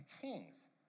kings